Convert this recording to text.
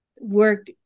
work